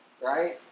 Right